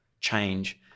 change